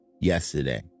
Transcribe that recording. yesterday